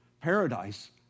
paradise